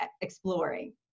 exploring